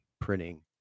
printing